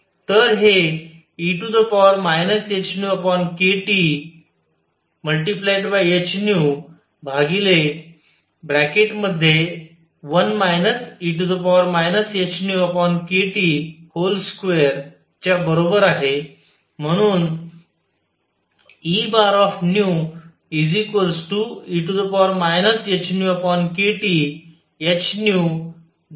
तर हे e hνkThν 1 e hνkT2च्या बरोबर आहे